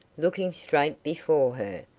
looking straight before her,